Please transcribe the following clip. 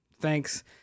Thanks